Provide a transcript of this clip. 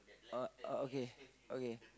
uh uh okay okay